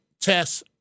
test